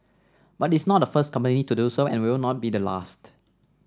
but it is not the first company to do so and will not be the last